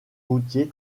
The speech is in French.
routiers